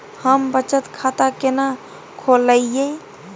हम बचत खाता केना खोलइयै?